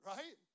Right